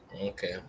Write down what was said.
Okay